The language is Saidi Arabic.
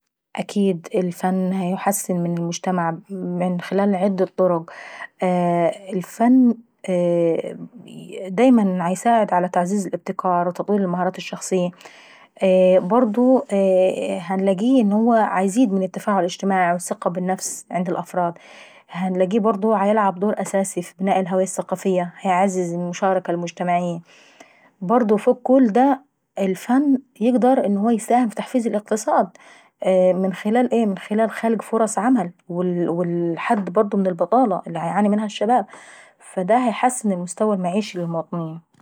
اكيد الفن بيحسن من المجتمع ممن خلال عدة طرق. الفن اييه دايما بيساعد على تعزيز الابتكار وتطوير االمهارات الشخصيي. هنلاقيه ان هو بيزيد من التفاعل الاجتماعي، والثقة بالنفس وبالافراد. هنلاقيه برضه عيلعب دور أساسي في بناء الهوية الثقافية وبيعزز من المشاركة المجتمعية. برضه فوق كل دا الفن يقدر انه يساهم في تحفيز الاقتصاد، من خلال ايه من خلال خلق فرص عمل والحد برضه من البطالة اللي بيعاني منها الشباب. فدا هيحسن المستوى المعيشي للمواطنين.